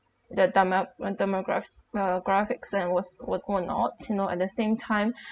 the dema~ when demo graphs uh graphics then was what what not you know at the same time